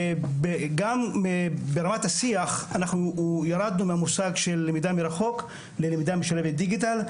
גם ברמת השיח אנחנו ירדנו מהמושג של למידה מרחוק ללמידה משולבת דיגיטל,